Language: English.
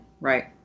right